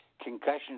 Concussions